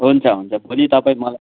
हुन्छ हुन्छ भोलि तपाईँ मलाई